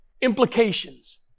implications